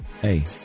hey